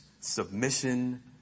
submission